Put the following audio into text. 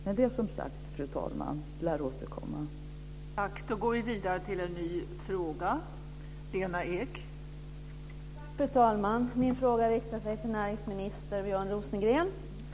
Men det, fru talman, lär vi återkomma till.